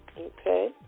Okay